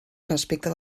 respecte